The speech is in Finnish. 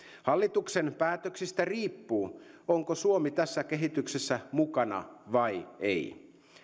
hallituksen päätöksistä riippuu onko suomi tässä kehityksessä mukana vai ei